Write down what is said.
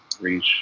reach